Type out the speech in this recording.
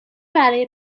برای